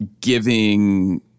giving